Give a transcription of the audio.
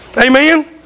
Amen